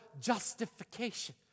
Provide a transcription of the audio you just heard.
justification